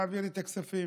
כדי להעביר את הכספים.